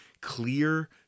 clear